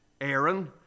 Aaron